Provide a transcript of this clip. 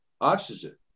oxygen